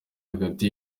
hagati